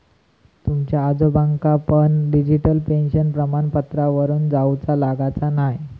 तुमच्या आजोबांका पण डिजिटल पेन्शन प्रमाणपत्रावरून जाउचा लागाचा न्हाय